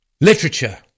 Literature